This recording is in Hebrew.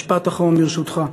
משפט אחרון, ברשותך.